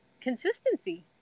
consistency